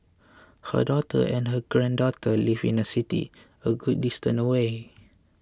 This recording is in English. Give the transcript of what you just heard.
her daughter and her granddaughter live in a city a good distance away